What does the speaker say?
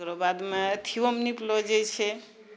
ओकरो बादमे अथियोमे निपलो जाइत छै